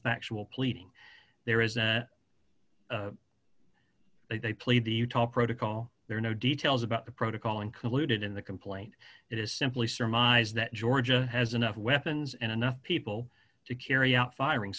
factual pleading there is that they plead the utah protocol there are no details about the protocol included in the complaint it is simply surmised that georgia has enough weapons and enough people to carry out firing